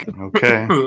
Okay